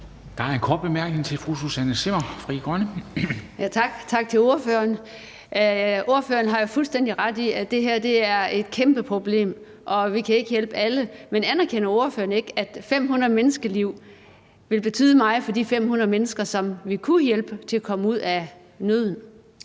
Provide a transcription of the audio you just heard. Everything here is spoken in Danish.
Frie Grønne. Kl. 14:47 Susanne Zimmer (FG): Tak til ordføreren. Ordføreren har jo fuldstændig ret i, at det her er et kæmpe problem, og at vi ikke kan hjælpe alle. Men anerkender ordføreren ikke, at det ville betyde meget for de 500 menneskeliv, som vi kunne hjælpe til at komme ud af nøden?